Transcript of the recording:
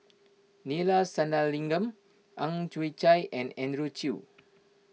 Neila Sathyalingam Ang Chwee Chai and Andrew Chew